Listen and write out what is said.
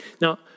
Now